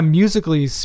musically